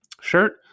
shirt